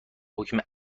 حکم